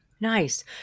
Nice